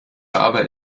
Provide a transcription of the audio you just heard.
dabei